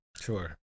Sure